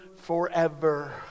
forever